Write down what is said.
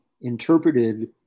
interpreted